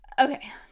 Okay